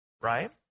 right